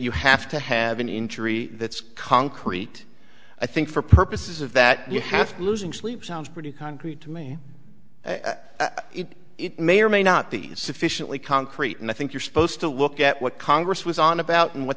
you have to have an injury that's concrete i think for purposes of that you have to losing sleep sounds pretty concrete to me it may or may not be sufficiently concrete and i think you're supposed to look at what congress was on about